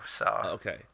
Okay